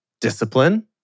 discipline